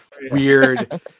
weird